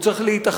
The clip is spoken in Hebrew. הוא צריך להתאחד,